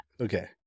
Okay